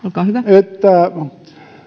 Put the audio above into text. että